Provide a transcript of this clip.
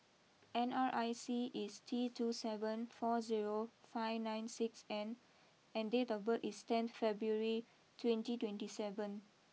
N R I C is T two seven four zero five nine six N and date of birth is tenth February twenty twenty seven